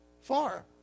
far